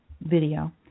video